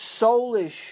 soulish